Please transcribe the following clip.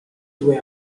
due